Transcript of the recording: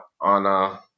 on